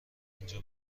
اینجا